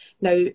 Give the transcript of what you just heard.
Now